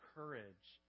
courage